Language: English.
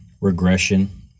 Regression